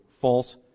false